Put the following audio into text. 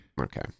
Okay